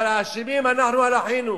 "אבל אשמים אנחנו על אחינו."